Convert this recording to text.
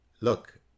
look